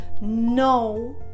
no